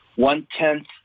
one-tenth